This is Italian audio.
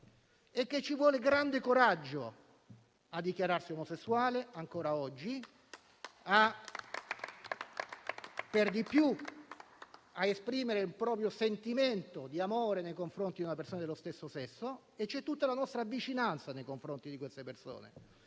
oggi ci vuole grande coraggio a dichiararsi omosessuale, per di più a esprimere il proprio sentimento di amore nei confronti di una persona dello stesso sesso; c'è quindi tutta la nostra vicinanza nei confronti di queste persone